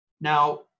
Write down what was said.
Now